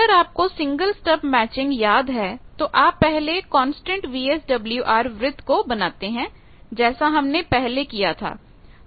अगर आपको single stub matching याद है तो आप पहले कांस्टेंट VSWR वृत्त को बनाते हैं जैसा हमने पहले किया था